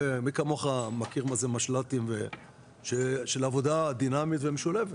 ומי כמוך מכיר מה זה משל"טים של עבודה דינמית ומשולבת.